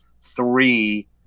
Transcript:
three